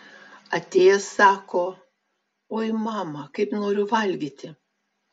atėjęs sako oi mama kaip noriu valgyti